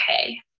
okay